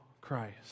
Christ